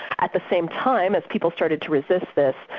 at the same time as people started to resists this,